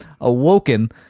awoken